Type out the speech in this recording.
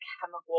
chemical